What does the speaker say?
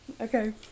Okay